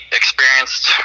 experienced